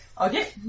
Okay